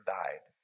died